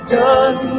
done